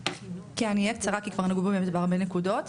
אני אהיה קצרה כי כבר נגעו בהרבה נקודות.